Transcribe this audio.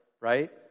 Right